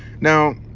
now